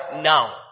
now